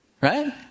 right